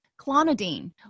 Clonidine